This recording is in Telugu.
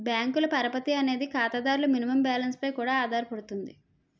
బ్యాంకుల యొక్క పరపతి అనేది ఖాతాదారుల మినిమం బ్యాలెన్స్ పై కూడా ఆధారపడుతుంది